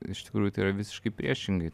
iš tikrųjų tai yra visiškai priešingai